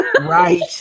Right